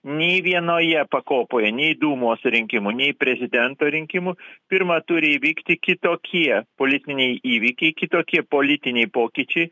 nei vienoje pakopoje nei dūmos rinkimų nei prezidento rinkimų pirma turi įvykti kitokie politiniai įvykiai kitokie politiniai pokyčiai